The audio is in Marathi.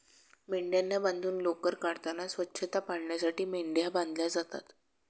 मेंढ्यांना बांधून लोकर काढताना स्वच्छता पाळण्यासाठी मेंढ्या बांधल्या जातात